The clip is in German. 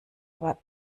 aber